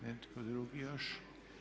Netko drugi još?